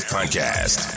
Podcast